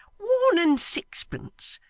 one and sixpence.